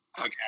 Okay